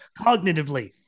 cognitively